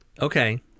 Okay